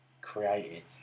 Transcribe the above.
created